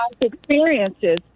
experiences